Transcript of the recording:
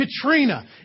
Katrina